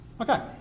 Okay